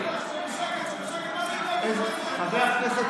קרעי, שקט.